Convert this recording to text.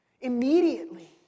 Immediately